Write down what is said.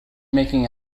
making